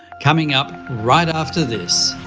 coming up right after this.